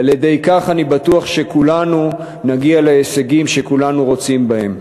ועל-ידי כך אני בטוח שנגיע להישגים שכולנו רוצים בהם.